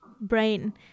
brain